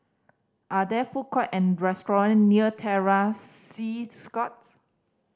are there food court and restaurant near Terror Sea Scouts